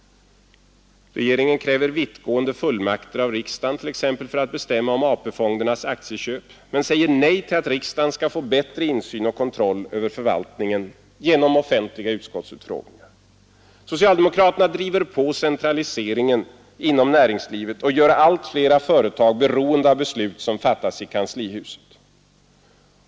Regeringen kräver vittgående fullmakter av riksdagen, t.ex. för att bestämma om AP-fondernas aktieköp men säger nej till att riksdagen skall få bättre insyn och kontroll över förvaltningen genom offentliga utskottsutfrågningar. Socialdemokraterna driver på centraliseringen inom näringslivet och gör allt fler företag beroende av beslut som fattas i kanslihuset.